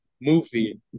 movie